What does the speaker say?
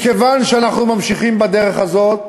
מכיוון שאנחנו ממשיכים בדרך הזאת,